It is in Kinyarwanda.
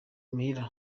muhira